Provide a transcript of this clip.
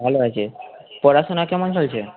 ভালো আছে পড়াশোনা কেমন চলছে